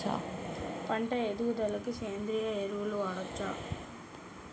పంట ఎదుగుదలకి సేంద్రీయ ఎరువులు వాడచ్చా?